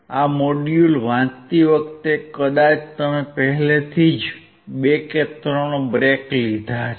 આ મોડ્યુલ વાંચતી વખતે કદાચ તમે પહેલેથી જ 2 કે 3 બ્રેક લીધા છે